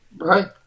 Right